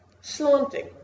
slanting